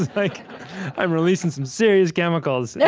like i'm releasing some serious chemicals. yeah